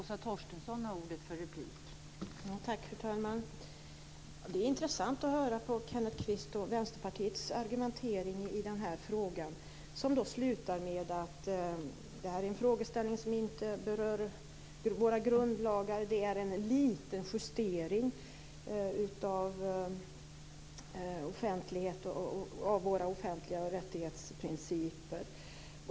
Fru talman! Det är intressant att höra Kenneth Kvists och Vänsterpartiets argumentering i den här frågan, som slutar med att det här är en frågeställning som inte berör våra grundlagar och att det är en liten justering av våra offentliga rättighetsprinciper.